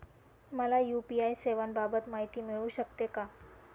मला यू.पी.आय सेवांबाबत माहिती मिळू शकते का?